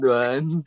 one